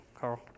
Carl